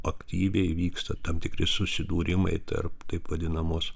aktyviai vyksta tam tikri susidūrimai tarp taip vadinamos